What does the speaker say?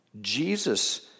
Jesus